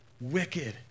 wicked